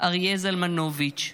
אריה זלמנוביץ',